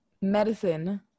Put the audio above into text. medicine